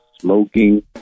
smoking